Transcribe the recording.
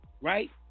Right